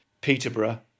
Peterborough